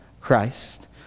Christ